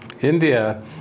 India